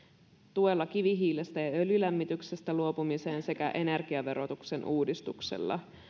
tuella kivihiilestä ja öljylämmityksestä luopumiseen sekä energiaverotuksen uudistuksella